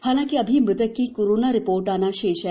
हालांकि अभी मृतक की कोरोना रिपोर्ट आना शेष हैं